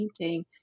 painting